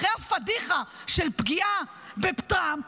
אחרי הפדיחה של פגיעה בטראמפ,